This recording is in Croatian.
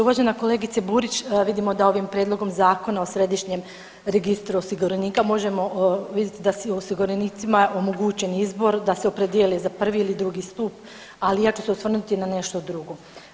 Uvažena kolegice Burić, vidimo da ovim prijedlogom Zakona o središnjem registru osiguranika možemo vidjet da svi osiguranicima omogućen izbor da se opredijele za prvi ili drugi stup, ali ja ću se osvrnuti na nešto drugo.